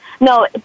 No